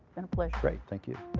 been a pleasure. great, thank you.